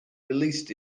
released